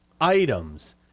items